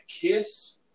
Kiss